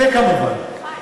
חיים.